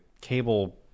cable